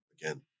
again